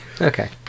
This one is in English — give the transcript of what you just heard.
okay